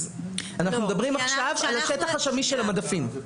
אנחנו מדברים עכשיו על השטח השמיש של המדפים.